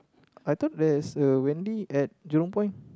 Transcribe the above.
I thought that's a Wendy's at Jurong Point